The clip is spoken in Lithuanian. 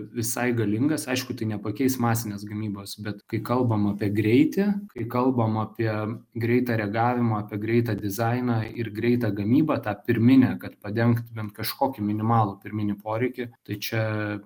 visai galingas aišku tai nepakeis masinės gamybos bet kai kalbam apie greitį kai kalbam apie greitą reagavimą apie greitą dizainą ir greitą gamybą tą pirminę kad padengt bent kažkokį minimalų pirminį poreikį tai čia